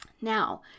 Now